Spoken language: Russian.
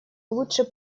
лучше